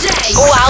Wow